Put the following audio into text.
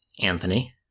Anthony